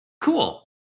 Cool